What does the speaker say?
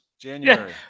January